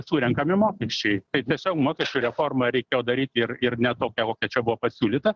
surenkami mokesčiai tai tiesiog mokesčių reformą reikėjo daryti ir ir ne tokia kokia čia buvo pasiūlyta